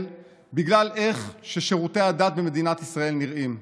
בגלל איך ששירותי הדת במדינת ישראל נראים.